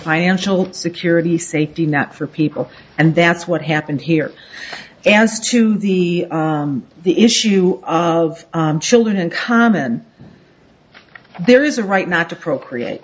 financial security safety net for people and that's what happened here as to the the issue of children and common there is a right not to procreate